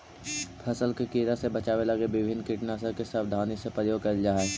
फसल के कीड़ा से बचावे लगी विभिन्न कीटनाशक के सावधानी से प्रयोग कैल जा हइ